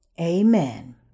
Amen